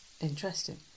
Interesting